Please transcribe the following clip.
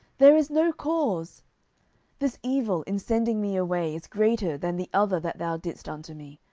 there is no cause this evil in sending me away is greater than the other that thou didst unto me.